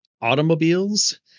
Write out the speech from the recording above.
automobiles